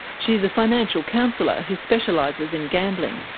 she's a financial counsellor who specialises in gambling.